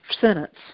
sentence